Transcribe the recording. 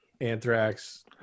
Anthrax